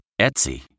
Etsy